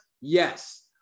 Yes